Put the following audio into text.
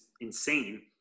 insane